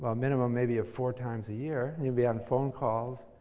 ah minimum, maybe, of four times a year. you'll be on phone calls.